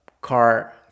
car